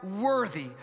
worthy